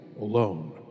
alone